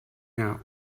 now